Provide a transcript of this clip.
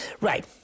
Right